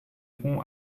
rond